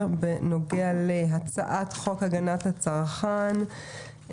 בנוגע להצעת חוק הגנת הצרכן (תיקון,